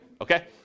okay